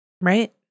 Right